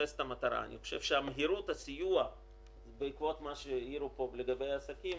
ההפעלה, בעיניי הוא